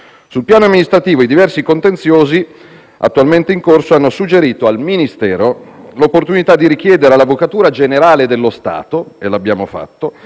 Sul piano amministrativo, i diversi contenziosi attualmente in corso hanno suggerito al Ministero l'opportunità di richiedere all'Avvocatura generale dello Stato - e lo abbiamo fatto